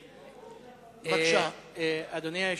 אדוני.